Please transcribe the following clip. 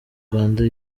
rwanda